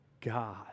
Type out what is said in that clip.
God